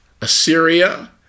Assyria